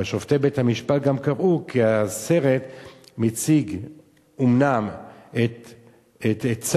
אבל שופטי בית-המשפט גם קבעו כי הסרט מציג אומנם את צה"ל,